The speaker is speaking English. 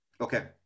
Okay